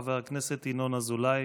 חבר הכנסת ינון אזולאי.